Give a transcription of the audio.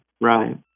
Right